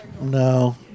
No